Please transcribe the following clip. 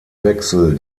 wechsel